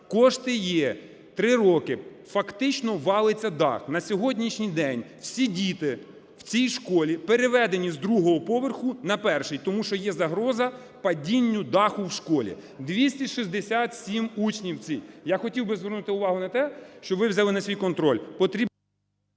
Кошти є, три роки фактично валиться дах. На сьогоднішній день всі діти в цій школі переведені з другого поверху на перший, тому що є загроза падінню даху в школі. 267 учнів в цій... Я хотів би звернути увагу на те, щоб ви взяли на свій контроль.